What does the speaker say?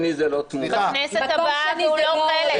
לכנסת הבאה, והוא לא חלק.